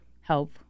help